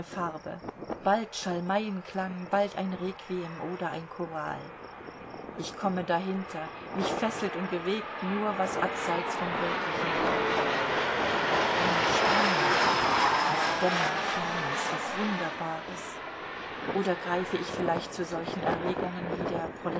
farbe bald schalmeienklang bald ein requiem oder ein choral ich komme dahinter mich fesselt und bewegt nur was abseits vom wirklichen liegt eine spannung auf dämmernd fernes auf wunderbares oder greife ich vielleicht zu solchen erregungen wie der